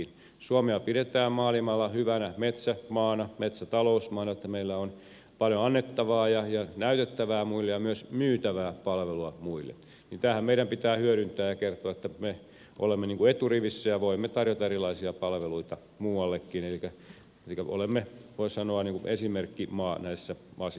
kun suomea pidetään maailmalla hyvänä metsämaana metsätalousmaana sellaisena että meillä on paljon annettavaa ja näytettävää muille ja myös myytävää palvelua muille niin tämähän meidän pitää hyödyntää ja kertoa että me olemme eturivissä ja voimme tarjota erilaisia palveluita muuallekin elikkä olemme voi sanoa niin kuin esimerkkimaa näissä asioissa